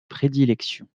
prédilection